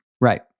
Right